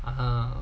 (uh huh)